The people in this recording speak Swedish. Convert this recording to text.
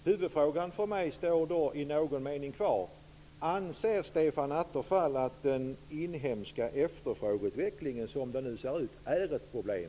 Huvudfrågan för mig står i någon mening kvar: Anser Stefan Attefall att den inhemska efterfrågeutvecklingen, som den nu ser ut, är ett problem?